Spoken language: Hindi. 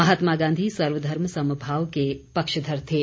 महात्मा गांधी सर्वधर्म समभाव के पक्षधर थे